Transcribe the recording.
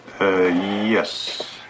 Yes